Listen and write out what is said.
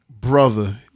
brother